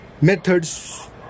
methods